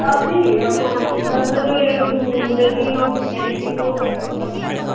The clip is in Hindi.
अब नहीं दस बजे ऊ डेली ऊ डेलिवरी हो सकता है तो अच्छा है